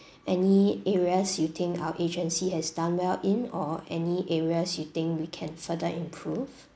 any areas you think our agency has done well in or any areas you think we can further improve